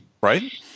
right